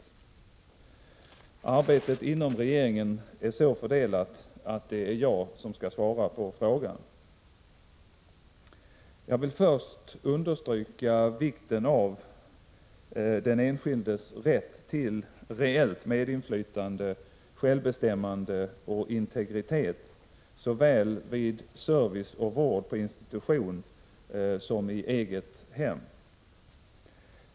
Arbetet inom regeringen är så fördelat att det är jag som skall svara på frågan. Jag vill först understryka vikten av den enskildes rätt till reellt medinflytande, självbestämmande och integritet såväl vid service och vård på institution som i eget hem.